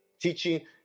teaching